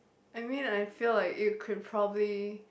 I mean I feel like you could probably